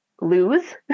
lose